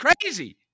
crazy